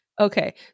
Okay